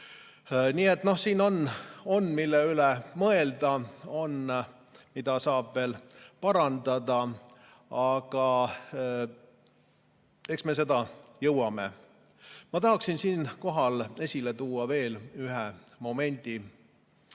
Nii et siin on, mille üle mõelda, on, mida saab veel parandada, aga eks me seda jõuame. Ma tahan siinkohal esile tuua veel ühe momendi.